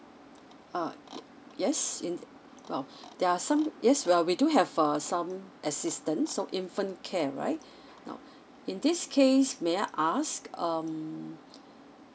uh yes in well there are some yes well we do have uh some assistance so infant care right now in this case may I ask um